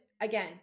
again